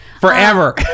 Forever